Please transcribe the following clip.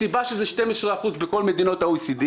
הסיבה שזה 12% בכל מדינות ה-OECD,